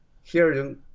hearing